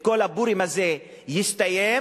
כל הפורים הזה יסתיים,